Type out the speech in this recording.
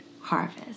harvest